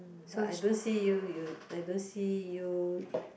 mm but I don't see you you I don't see you